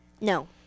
No